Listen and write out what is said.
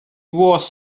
was